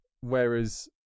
whereas